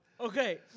Okay